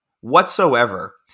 whatsoever